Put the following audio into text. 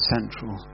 Central